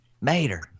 mater